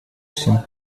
всем